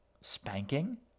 Spanking